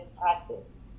practice